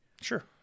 Sure